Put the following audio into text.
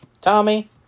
Tommy